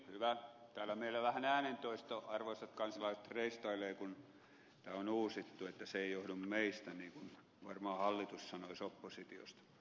täällä meillä vähän äänentoisto arvoisat kansalaiset reistailee kun tämä on uusittu joten se ei johdu meistä niin kuin varmaan hallitus sanoisi oppositiosta